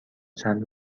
چند